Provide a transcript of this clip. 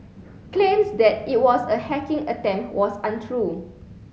claims that it was a hacking attempt was untrue